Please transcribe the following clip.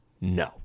No